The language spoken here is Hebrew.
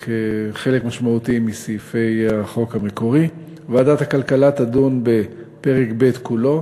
משמעותי מסעיפי החוק המקורי: ועדת הכלכלה תדון בפרק ב' כולו,